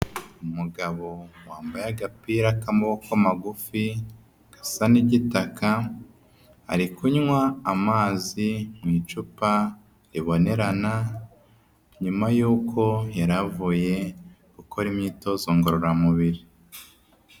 Umugabo wambaye agapira k'amaboko magufi gasa n'igitaka ari kunywa amazi mu icupa ribonerana, nyuma yuko yaravuye gukora imyitozo ngororamubiri.